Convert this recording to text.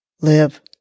live